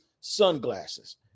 sunglasses